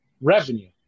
revenue